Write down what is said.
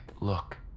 look